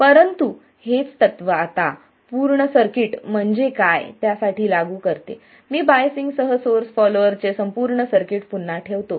परंतु हेच तत्त्व आता पूर्ण सर्किट म्हणजे काय त्यासाठी लागू करते मी बायसिंगसह सोर्स फॉलॉअर चे संपूर्ण सर्किट पुन्हा ठेवतो